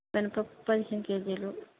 మినప్పప్పు పదిహేను కేజీలు